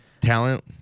talent